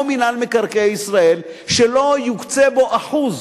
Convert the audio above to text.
מינהל מקרקעי ישראל שלא יוקצה בו אחוז